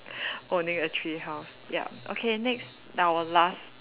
owning a tree house ya okay next our last